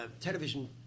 television